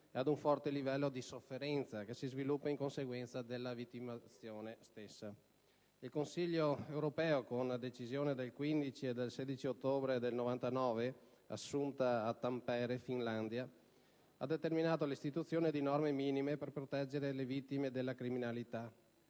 e ad un forte livello di sofferenza che si sviluppa in conseguenza della sua condizione di vittima. Il Consiglio europeo, con decisione del 15 e 16 ottobre 1999 assunta a Tampere, in Finlandia, ha determinato l'istituzione di norme minime per proteggere le vittime della criminalità,